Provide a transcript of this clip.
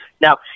Now